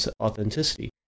authenticity